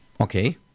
Okay